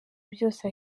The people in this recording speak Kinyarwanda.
byose